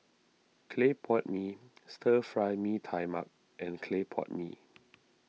Clay Pot Mee Stir Fry Mee Tai Mak and Clay Pot Mee